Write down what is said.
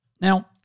Now